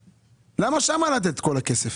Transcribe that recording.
למה שם לתת את כל הכסף?